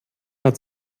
hat